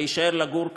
להישאר לגור כאן,